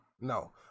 No